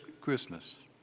Christmas